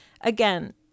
again